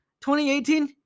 2018